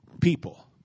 people